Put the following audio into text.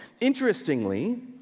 Interestingly